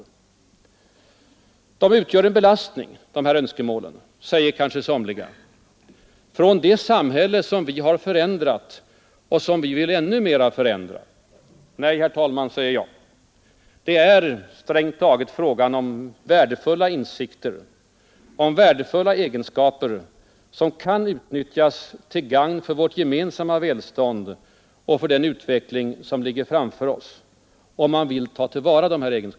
De önskemålen utgör en belastning, säger kanske somliga, från det samhälle som vi har förändrat och som vi vill ännu mer förändra. Nej, herr talman, säger jag, det är strängt taget fråga om värdefulla insikter och egenskaper, som kan utnyttjas till gagn för vårt gemensamma välstånd och för den utveckling som ligger framför oss — om man vill ta till vara dem.